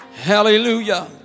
hallelujah